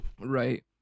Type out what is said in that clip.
Right